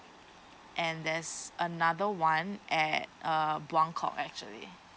and there's another one at uh buangkok actually